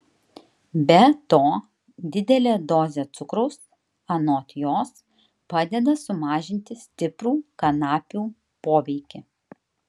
be to didelė dozė cukraus anot jos padeda sumažinti stiprų kanapių poveikį